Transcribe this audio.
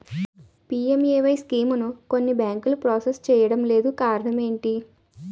PMAY స్కీమును కొన్ని బ్యాంకులు ప్రాసెస్ చేయడం లేదు కారణం ఏమిటి?